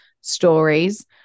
stories